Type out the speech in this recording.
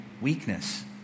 weakness